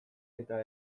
eta